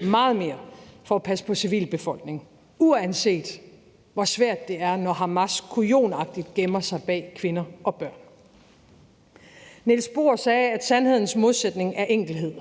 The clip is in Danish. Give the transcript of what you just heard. meget mere, for at passe på civilbefolkningen, uanset hvor svært det er, når Hamas kujonagtigt gemmer sig bag kvinder og børn. Niels Bohr sagde, at sandhedens modsætning er enkelhed,